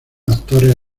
actores